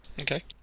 Okay